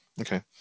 Okay